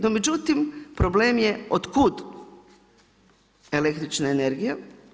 No, međutim, problem je od kud električna energija.